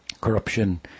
corruption